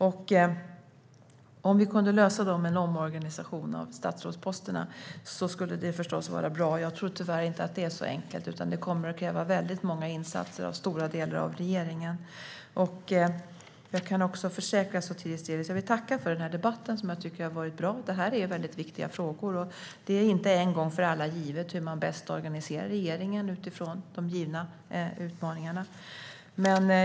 Om vi kunde lösa dem med en omorganisation av statsrådsposterna skulle det förstås vara bra. Jag tror tyvärr inte att det är så enkelt. Det kommer att kräva väldigt många insatser av stora delar av regeringen. Jag vill tacka för debatten, som jag tycker har varit bra. Det är väldigt viktiga frågor. Det är inte en gång för alla givet hur man bäst organiserar regeringen utifrån de givna utmaningarna.